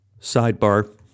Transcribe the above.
Sidebar